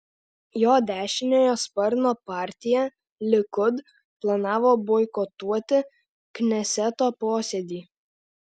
jo dešiniojo sparno partija likud planavo boikotuoti kneseto posėdį